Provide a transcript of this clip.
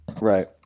Right